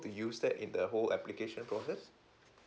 to use that in the whole application process